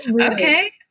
Okay